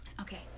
Okay